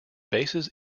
bases